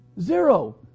zero